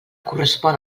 correspon